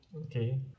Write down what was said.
Okay